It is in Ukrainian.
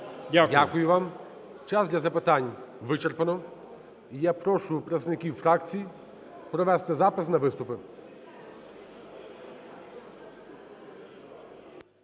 Дякую вам. Час для запитань вичерпано, і я прошу представників фракцій провести запис на виступи.